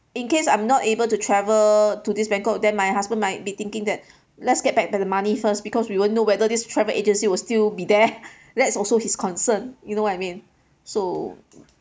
in case I'm not able to travel to this bangkok then my husband might be thinking that let's get back the money first because we won't know whether this travel agency will still be there that's also his concern you know what I mean so